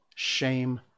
Shame